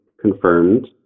confirmed